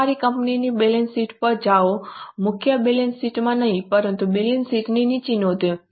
તમારી કંપનીની balance sheet પર જાઓ મુખ્ય બેલેન્સ શીટમાં નહીં પરંતુ બેલેન્સ શીટની નીચે નોંધો છે